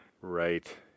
Right